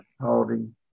holding